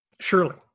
surely